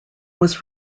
was